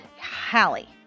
Hallie